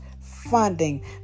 funding